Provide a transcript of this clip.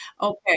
Okay